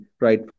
right